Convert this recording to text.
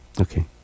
Okay